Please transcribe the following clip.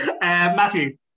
Matthew